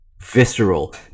visceral